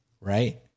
right